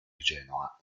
genoa